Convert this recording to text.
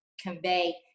convey